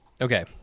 Okay